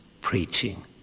preaching